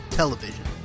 television